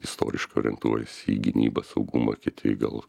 istoriškai orientuojasi į gynybą saugumą kiti gal